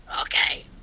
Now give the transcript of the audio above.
Okay